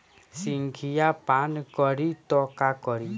संखिया पान करी त का करी?